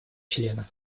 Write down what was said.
члена